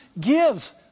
gives